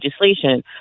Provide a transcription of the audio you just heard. legislation